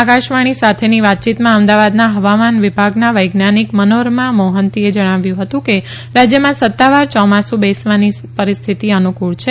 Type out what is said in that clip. આકાશવાણી સાથેની વાતચીતમાં અમદાવાદના હવામાન વિભાગના વૈજ્ઞાનિક મનોરમા મોહન્તીએ જણાવ્યું કે રાજ્યમાં સત્તાવાર ચોમાસુ બેસવાની પરિસ્થિતિ અનુકળ છે